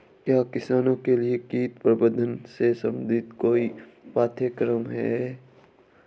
क्या किसानों के लिए कीट प्रबंधन से संबंधित कोई पाठ्यक्रम है?